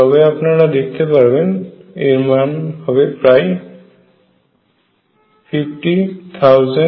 তবে আপনারা দেখতে পারবেন এরমান হবে প্রায় 50000 কেলভিন